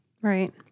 Right